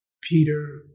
Peter